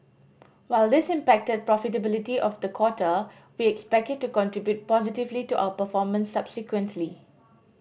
while this impacted profitability of the quarter we expect it to contribute positively to our performance subsequently